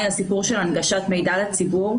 הסיפור של הנגשת מידע לציבור.